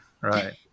right